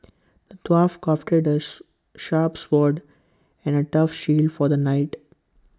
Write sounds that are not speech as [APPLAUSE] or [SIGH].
the dwarf crafted A [UNINTELLIGIBLE] sharp sword and A tough shield for the knight